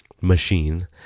machine